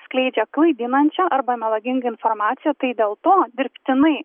skleidžia klaidinančią arba melagingą informaciją tai dėl to dirbtinai